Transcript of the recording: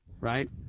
Right